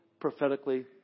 prophetically